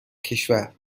کشور